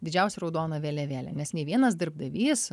didžiausia raudona vėliavėlė nes nei vienas darbdavys